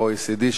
ה-OECD,